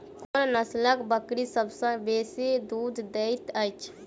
कोन नसलक बकरी सबसँ बेसी दूध देइत अछि?